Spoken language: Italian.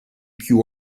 più